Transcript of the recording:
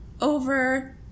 over